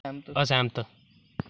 असैह्मत